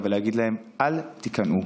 ולהגיד: אל תיכנעו.